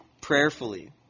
prayerfully